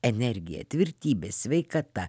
energija tvirtybė sveikata